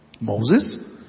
Moses